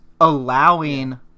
allowing